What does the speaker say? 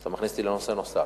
אז אתה מכניס אותי לנושא נוסף.